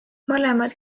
mõlemad